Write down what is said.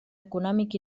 econòmic